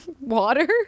Water